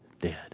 dead